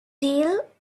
dill